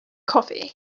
coffee